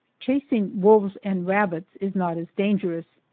chasing wolves and rabbits is not as dangerous,